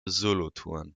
solothurn